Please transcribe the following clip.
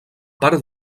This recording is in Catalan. part